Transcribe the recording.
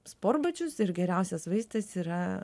sportbačius ir geriausias vaistas yra